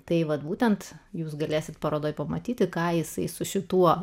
tai vat būtent jūs galėsite parodoje pamatyti ką jisai su šituo